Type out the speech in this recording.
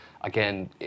again